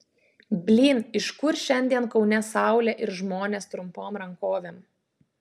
blyn iš kur šiandien kaune saulė ir žmonės trumpom rankovėm